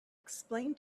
explain